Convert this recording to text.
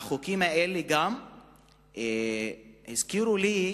החוקים האלה גם הזכירו לי,